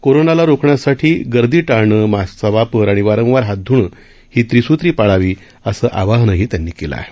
कोरोनाला रोखण्यासाठी गर्दी टाळणं मास्कचा वापर आणि वारंवार हात ध्णं ही त्रिसूत्री पाळावी असं आवाहनही त्यांनी केलं आहे